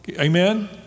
Amen